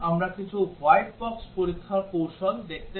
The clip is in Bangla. এবং আমরা এখন পর্যন্ত কিছু ব্ল্যাক বক্স পরীক্ষার কৌশল দেখেছি